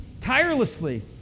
tirelessly